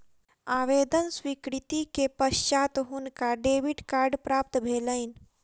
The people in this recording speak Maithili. आवेदन स्वीकृति के पश्चात हुनका डेबिट कार्ड प्राप्त भेलैन